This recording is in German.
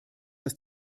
dass